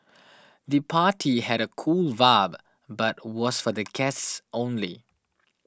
the party had a cool vibe but was for the guests only